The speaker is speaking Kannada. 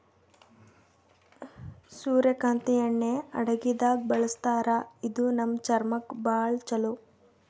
ಸೂರ್ಯಕಾಂತಿ ಎಣ್ಣಿ ಅಡಗಿದಾಗ್ ಬಳಸ್ತಾರ ಇದು ನಮ್ ಚರ್ಮಕ್ಕ್ ಭಾಳ್ ಛಲೋ